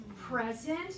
present